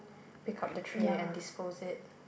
pick up the tray and dispose it